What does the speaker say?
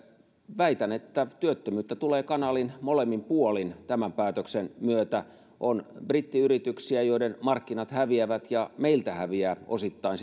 väitän että työttömyyttä tulee kanaalin molemmin puolin tämän päätöksen myötä on brittiyrityksiä joiden markkinat häviävät ja meiltä häviää osittain